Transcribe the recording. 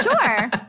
Sure